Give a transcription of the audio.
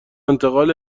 انتقال